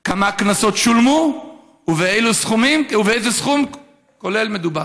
2. כמה קנסות שולמו ובאיזה סכום כולל מדובר?